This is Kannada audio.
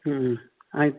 ಹ್ಞೂ ಹ್ಞೂ ಆಯಿತು